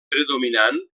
predominant